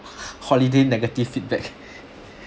holiday negative feedback